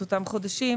את אותם חודשים,